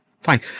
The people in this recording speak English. Fine